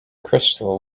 crystal